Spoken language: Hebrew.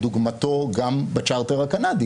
כדוגמתו גם בצ'רטר הקנדי